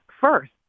first